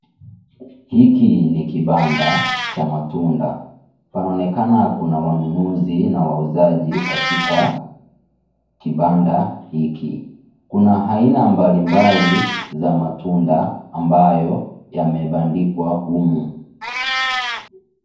Hiki ni kibanda cha matunda. Panonekana kuna wanunuzi na wauzaji katika kibanda hiki. Kuna haina mbali mbali za matunda ambayo ya mebandikwa humu.